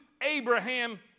Abraham